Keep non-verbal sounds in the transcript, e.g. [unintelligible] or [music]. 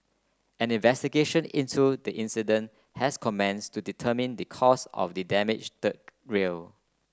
an investigation into the incident has commenced to determine the cause of the damaged [unintelligible] rail